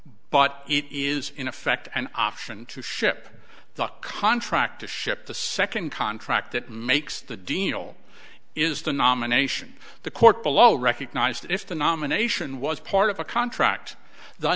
but it is in effect an option to ship the contract to ship the second contract that makes the deal is the nomination the court below recognized that if the nomination was part of a contract the